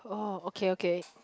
oh okay okay